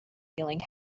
feeling